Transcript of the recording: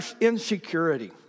insecurity